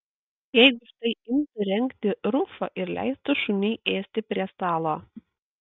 jeigu štai imtų rengti rufą ir leistų šuniui ėsti prie stalo